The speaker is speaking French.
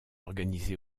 organisé